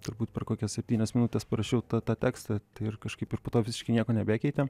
turbūt per kokias septynias minutes parašiau tą tą tekstą tai ir kažkaip ir po to visiškai nieko nebekeitėm